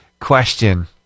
question